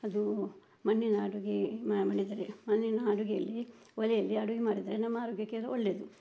ಅದೂ ಮಣ್ಣಿನ ಅಡುಗೆ ಮಾಡಿದರೆ ಮಣ್ಣಿನ ಅಡುಗೆಯಲ್ಲಿ ಒಲೆಯಲ್ಲಿ ಅಡುಗೆ ಮಾಡಿದರೆ ನಮ್ಮ ಆರೋಗ್ಯಕ್ಕೆಲ್ಲ ಒಳ್ಳೆಯದು